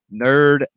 nerd